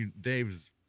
Dave's